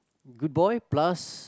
good boy plus